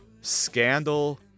Scandal